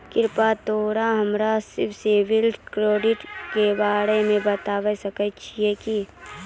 कृपया तोंय हमरा सिविल स्कोरो के बारे मे बताबै सकै छहो कि?